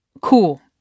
Cool